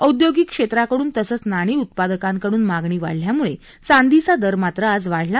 औद्योगिक क्षेत्रातून तसंच नाणी उत्पादकांकडून मागणी वाढल्यामुळे चांदीचा दर मात्र आज वाढला